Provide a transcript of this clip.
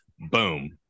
Boom